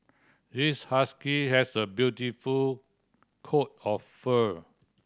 this husky has a beautiful coat of fur